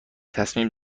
تصمیم